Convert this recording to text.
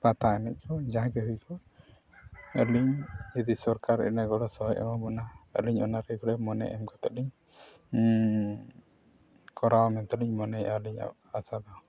ᱯᱟᱛᱟ ᱮᱱᱮᱡ ᱠᱚ ᱡᱟᱦᱟᱸᱜᱮ ᱦᱩᱭ ᱠᱚᱜ ᱟᱹᱞᱤᱧ ᱡᱩᱫᱤ ᱥᱚᱨᱠᱟᱨ ᱤᱱᱟᱹ ᱜᱚᱲᱚ ᱥᱚᱯᱚᱦᱚᱫ ᱮᱢᱟᱵᱚᱱᱟ ᱟᱹᱞᱤᱧ ᱚᱱᱟ ᱨᱮᱜᱩᱞᱟᱨ ᱢᱚᱱᱮ ᱮᱢ ᱠᱟᱛᱮᱫ ᱞᱤᱧ ᱠᱚᱨᱟᱣᱟ ᱢᱮᱱᱛᱮ ᱞᱤᱧ ᱢᱚᱱᱮᱭᱮᱜᱼᱟ ᱟᱹᱞᱤᱧᱟᱜ ᱟᱥᱟ ᱫᱚ